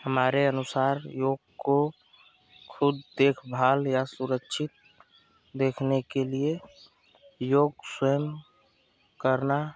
हमारे अनुसार योग को खुद देखभाल या सुरक्षित देखने के लिये योग स्वयं करना